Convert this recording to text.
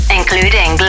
including